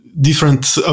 different